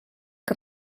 que